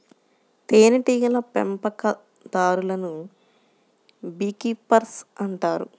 తేనెటీగల పెంపకందారులను bee keepers అంటారు